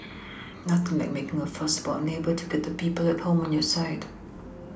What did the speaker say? nothing like making a fuss about a neighbour to get the people at home on your side